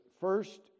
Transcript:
First